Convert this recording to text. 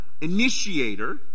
initiator